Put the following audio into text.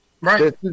Right